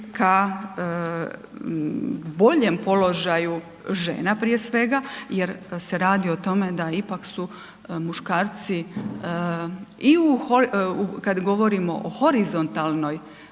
ka boljem položaju žena prije svega, jer se radi o tome da ipak su muškarci i u, kad govorimo o horizontalnoj